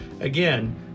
Again